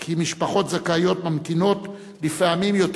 כי משפחות זכאיות ממתינות לפעמים יותר